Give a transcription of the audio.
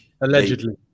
Allegedly